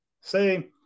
say